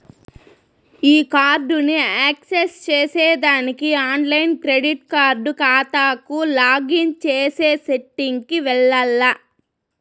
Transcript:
ఈ కార్డుని యాక్సెస్ చేసేదానికి ఆన్లైన్ క్రెడిట్ కార్డు కాతాకు లాగిన్ చేసే సెట్టింగ్ కి వెల్లాల్ల